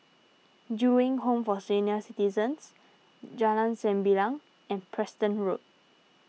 Ju Eng Home for Senior Citizens Jalan Sembilang and Preston Road